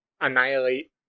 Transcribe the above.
annihilate